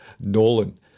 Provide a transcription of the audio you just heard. Nolan